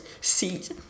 seat